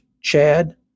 Chad